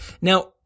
Now